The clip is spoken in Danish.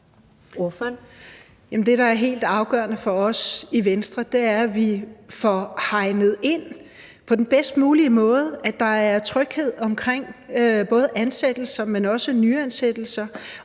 det, der er helt afgørende for os i Venstre, er, at vi får hegnet ind på den bedst mulige måde, at der er tryghed omkring både ansættelser, men også nyansættelser.